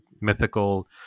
mythical